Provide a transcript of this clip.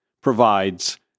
provides